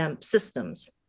systems